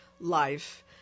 Life